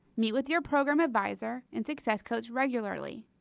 meet with your program advisor and success coach regularly.